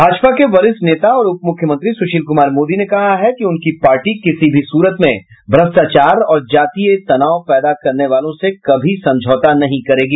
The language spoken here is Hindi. भाजपा के वरिष्ठ नेता और उपमुख्यमंत्री सुशील कुमार मोदी ने कहा है कि उनकी पार्टी किसी भी सूरत में भ्रष्टाचार और जातीय तनाव पैदा करने वालों से कभी समझौता नहीं करेगी